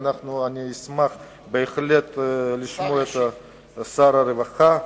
ואני אשמח בהחלט לשמוע את שר הרווחה.